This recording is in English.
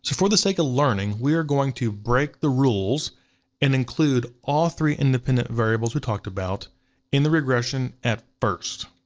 for the sake of learning, we are going to break the rules and include all three independent variables we talked about in the regression at first.